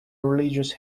religious